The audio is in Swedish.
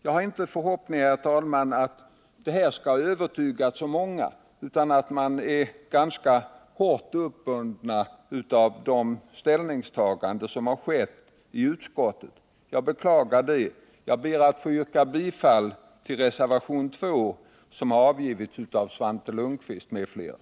Jag har inte förhoppningen att det här skall övertyga så många, utan tror att man är ganska hårt uppbunden av de ställningstaganden som gjorts i utskottet, vilket jag beklagar. Jag ber att få yrka bifall till reservationen 2, som har avgivits av Svante Lundkvist m.fl.